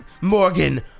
Morgan